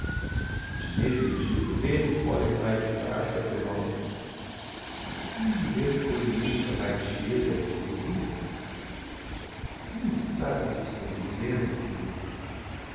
o dinheiro e o titulo d'elle podem lá equiparar se ao teu valor onde vês pois n'isto a baixeza a hypocrisia nem sabes o que estou dizendo zina